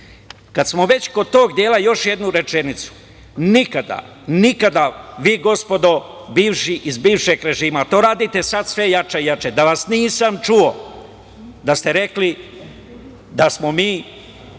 smo već kod tog dela, još jednu rečenicu. Nikada vi, gospodo iz bivšeg režima, to radite sada sve jače i jače, da vas nisam čuo da ste rekli da smo mi